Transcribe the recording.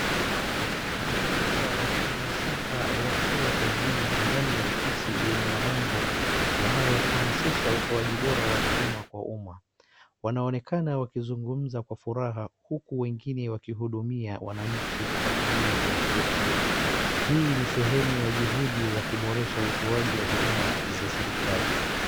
Maafisa wa Huduma center wakiwa kazini ndani ya ofisi yenye mabango yanayohamasisha utoajia bora wa huduma kwa umma. Wanaonekana wakizungumza kwa furaha huku wengine wakihudumia wananchi kwa kutumia kompyuta. Hii ni sehemu ya juhudi za kuboresha utoaji wa huduma za serikali.